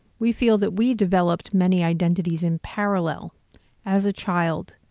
we feel that we developed many identities in parallel as a child,